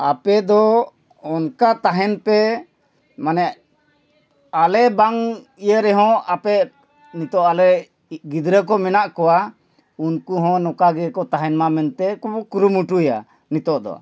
ᱟᱯᱮ ᱫᱚ ᱚᱱᱠᱟ ᱛᱟᱦᱮᱱ ᱯᱮ ᱢᱟᱱᱮ ᱟᱞᱮ ᱵᱟᱝ ᱤᱭᱟᱹ ᱨᱮᱦᱚᱸ ᱟᱯᱮ ᱱᱤᱛᱳᱜ ᱟᱞᱮ ᱜᱤᱫᱽᱨᱟᱹ ᱠᱚ ᱢᱮᱱᱟᱜ ᱠᱚᱣᱟ ᱩᱱᱠᱩ ᱦᱚᱸ ᱱᱚᱝᱠᱟ ᱜᱮᱠᱚ ᱛᱟᱦᱮᱱ ᱢᱟ ᱢᱮᱱᱛᱮ ᱠᱚ ᱠᱩᱨᱩᱢᱩᱴᱩᱭᱟ ᱱᱤᱛᱳᱜ ᱫᱚ